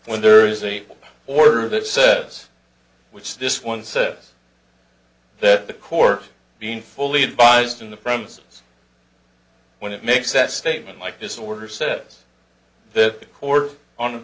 when there is a order that says which this one says that the court being fully advised in the premises when it makes that statement like this order says the court on